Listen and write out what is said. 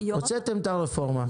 הוצאתם את הרפורמה.